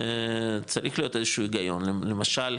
צריך להיות איזשהו היגיון, למשל,